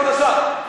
כבוד השר,